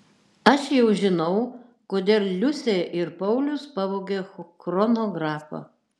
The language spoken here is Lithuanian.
aš jau žinau kodėl liusė ir paulius pavogė chronografą